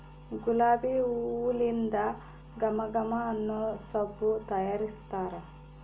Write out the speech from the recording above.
ಗುಲಾಬಿ ಹೂಲಿಂದ ಘಮ ಘಮ ಅನ್ನೊ ಸಬ್ಬು ತಯಾರಿಸ್ತಾರ